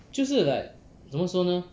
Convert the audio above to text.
就是 like 怎么说呢